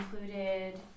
included